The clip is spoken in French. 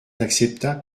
acceptable